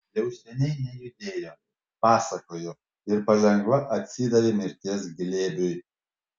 jau seniai nejudėjo pasakojo ir palengva atsidavė mirties glėbiui